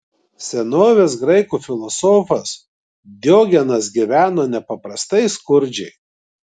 senovės graikų filosofas diogenas gyveno nepaprastai skurdžiai